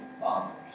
fathers